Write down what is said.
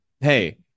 Hey